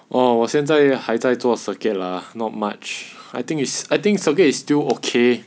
orh 我现在还在做 circuit lah not much I think it's I think circuit is still okay